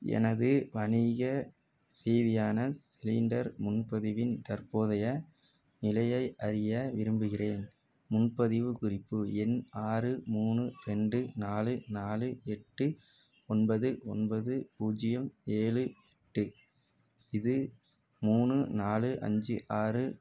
எனது வணிக ரீதியான சிலிண்டர் முன்பதிவின் தற்போதைய நிலையை அறிய விரும்புகின்றேன் முன்பதிவுக் குறிப்பு எண் ஆறு மூணு ரெண்டு நாலு நாலு எட்டு ஒன்பது ஒன்பது பூஜ்ஜியம் ஏழு எட்டு இது மூணு நாலு அஞ்சு ஆறு